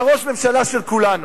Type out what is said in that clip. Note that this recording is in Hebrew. אתה ראש הממשלה של כולנו,